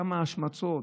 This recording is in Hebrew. כמה השמצות,